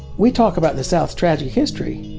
we talk about the south's tragic history,